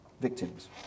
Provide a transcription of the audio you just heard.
victims